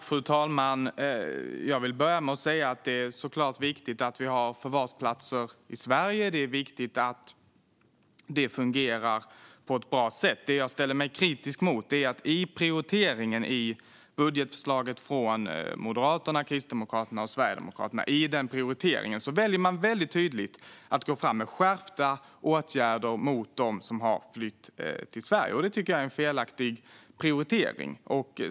Fru talman! Jag vill börja med att säga att det såklart är viktigt att vi har förvarsplatser i Sverige och att det fungerar på ett bra sätt. Det jag ställer mig kritisk mot är att man med den prioritering som finns i budgetförslaget från Moderaterna, Kristdemokraterna och Sverigedemokraterna väldigt tydligt väljer att gå fram med skärpta åtgärder mot dem som har flytt till Sverige. Det tycker jag är en felaktig prioritering.